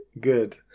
Good